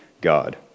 God